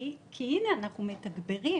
כי הנה אנחנו מתגברים,